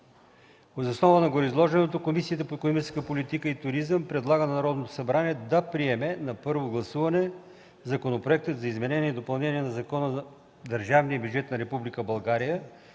Въз основа на гореизложеното Комисията по икономическата политика и туризъм предлага на Народното събрание да приеме на първо гласуване Законопроект за изменение и допълнение на Закона за държавния бюджет на Република България